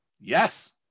yes